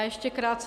Ještě krátce.